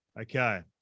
Okay